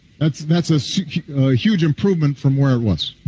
that's that's a so huge improvement from where it was.